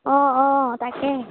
অঁ অঁ তাকেই